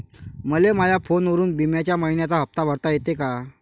मले माया फोनवरून बिम्याचा मइन्याचा हप्ता भरता येते का?